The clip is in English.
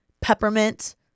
peppermint